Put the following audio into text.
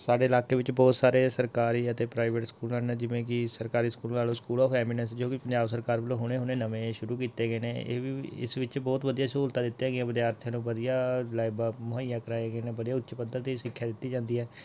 ਸਾਡੇ ਇਲਾਕੇ ਵਿੱਚ ਬਹੁਤ ਸਾਰੇ ਸਰਕਾਰੀ ਅਤੇ ਪ੍ਰਾਈਵੇਟ ਸਕੂਲ ਹਨ ਜਿਵੇਂ ਕਿ ਸਰਕਾਰੀ school Lalo school of eminence ਜੋ ਕਿ ਪੰਜਾਬ ਸਰਕਾਰ ਵੱਲੋਂ ਹੁਣੇ ਹੁਣੇ ਨਵੇਂ ਸ਼ੁਰੂ ਕੀਤੇ ਗਏ ਨੇ ਇਹ ਵੀ ਇਸ ਵਿੱਚ ਬਹੁਤ ਵਧੀਆ ਸਹੂਲਤਾਂ ਦਿੱਤੀਆਂ ਗਈਆਂ ਵਿਦਿਆਰਥੀਆਂ ਨੂੰ ਵਧੀਆ ਲਾਈਬਾਂ ਮੁਹੱਈਆ ਕਰਾਏ ਗਏ ਨੇ ਵਧੀਆ ਉੱਚ ਪੱਧਰ ਦੀ ਸਿੱਖਿਆ ਦਿੱਤੀ ਜਾਂਦੀ ਹੈ